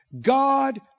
God